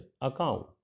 account